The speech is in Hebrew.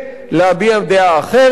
להביע דעה אחרת,